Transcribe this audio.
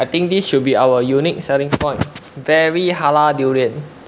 I think this should be our unique selling point very halal durian